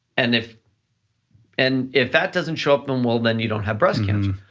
and if and if that doesn't show up, then, well, then you don't have breast cancer,